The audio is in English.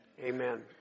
Amen